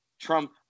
Trump